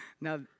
Now